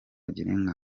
girinka